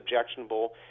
objectionable